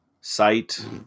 site